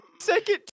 Second